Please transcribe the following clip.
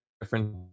different